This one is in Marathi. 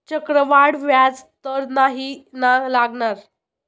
चक्रवाढ व्याज तर नाही ना लागणार?